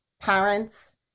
parents